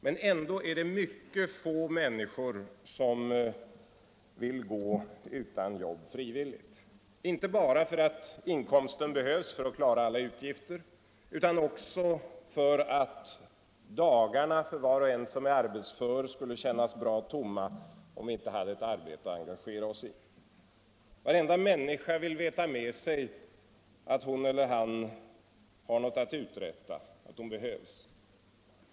Men ändå är det få människor som vill gå utan jobb frivilligt — inte bara för att inkomsten behövs till att klara alla utgifter, utan också därför att dagarna för var och en som är arbetsför skulle kännas bra tomma om man inte hade ett arbete att engagera sig i. Varenda människa vill veta med sig att hon eller han har något att uträtta, att man behövs.